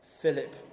philip